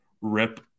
rip